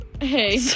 Hey